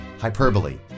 hyperbole